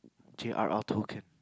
J_R_R Tolkien